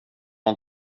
har